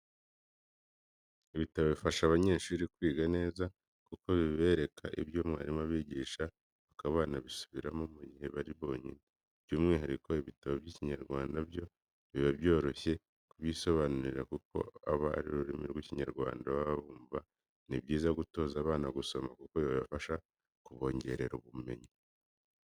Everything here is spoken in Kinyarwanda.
Ibitabo bifasha abanyeshuri kwiga neza kuko bibereka ibyo mwarimu abigisha bakaba banabisubiramo mu gihe bari bonyine, by'umwihariko ibitabo by'Ikinyarwanda byo biba byoroshye kubyisobanurira kuko aba ari ururimi rw'Ikinyarwanda baba bumva, ni byiza gutoza abana gusoma kuko bibafasha kubongerera ubumenyi.